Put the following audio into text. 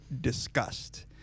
discussed